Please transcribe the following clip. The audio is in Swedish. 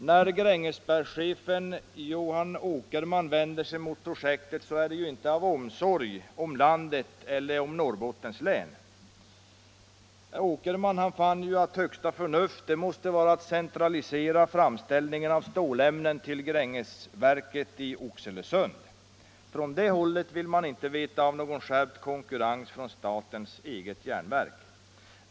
När Grängesbergschefen Johan Åkerman vänder sig mot projektet är det inte av omsorg om landet eller om Norrbottens län. Herr Åkerman har funnit att högsta förnuft måste vara att centralisera framställningen av stålämnen till Grängesverket i Oxelösund. Från det hållet vill man inte veta av någon skärpt konkurrens från statens eget järnverk.